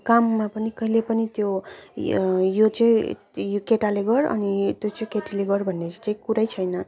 काममा पनि कहिले पनि त्यो यो चाहिँ केटाले गर अनि त्यो चाहिँ केटीले गर भन्ने चाहिँ कुरै छैन